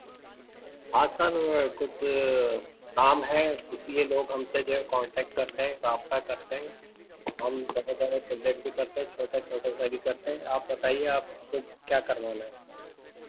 آج کل کچھ کام ہے اس لیے لوگ ہم سے جو ہے کونٹکٹ کرتے ہیں رابطہ کرتے ہیں ہم بڑے بڑے پروجیکٹ بھی کرتے ہیں چھوٹے چھوٹے سے بھی کرتے ہیں آپ بتائے آپ کو کیا کروانا ہے